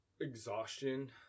exhaustion